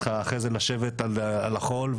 אחרי זה לשבת על החול,